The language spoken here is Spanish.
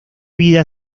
vida